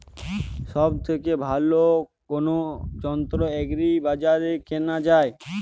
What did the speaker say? সব থেকে ভালো কোনো যন্ত্র এগ্রি বাজারে কেনা যায়?